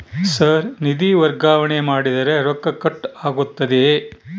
Sir ನಿಧಿ ವರ್ಗಾವಣೆ ಮಾಡಿದರೆ ರೊಕ್ಕ ಕಟ್ ಆಗುತ್ತದೆಯೆ?